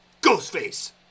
Ghostface